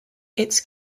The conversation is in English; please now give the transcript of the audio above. its